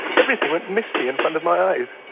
everything went misty in front of my eyes.